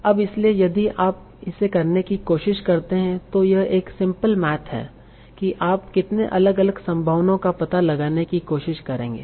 अब इसलिए यदि आप इसे करने की कोशिश करते हैं तो यह एक सिंपल मैथ है कि आप कितने अलग अलग संभावनाओं का पता लगाने की कोशिश करेंगे